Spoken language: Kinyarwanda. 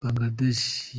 bangladesh